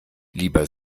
lieber